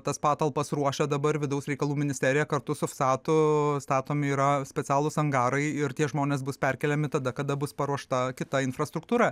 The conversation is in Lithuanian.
tas patalpas ruošia dabar vidaus reikalų ministerija kartu su stato statomi yra specialūs angarai ir tie žmonės bus perkeliami tada kada bus paruošta kita infrastruktūra